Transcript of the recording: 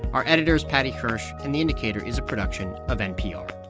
our editor is paddy hirsch, and the indicator is a production of npr